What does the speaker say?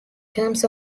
terms